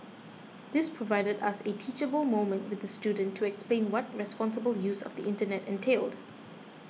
this provided us a teachable moment with the student to explain what responsible use of the internet entailed